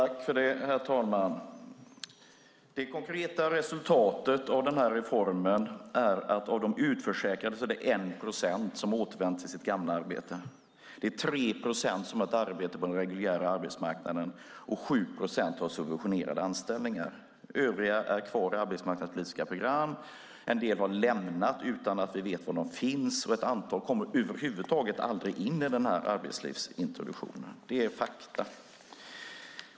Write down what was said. Herr talman! Det konkreta resultatet av den här reformen är att 1 procent av de utförsäkrade har återvänt till sitt gamla arbete. Det är 3 procent som har ett arbete på den reguljära arbetsmarknaden och 7 procent som har subventionerade anställningar. Övriga är kvar i arbetsmarknadspolitiska program. En del har lämnat utan att vi vet var de finns, och ett antal kommer över huvud taget aldrig in i den här arbetslivsintroduktionen. Det är fakta.